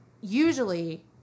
usually